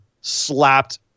slapped